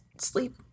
sleep